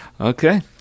Okay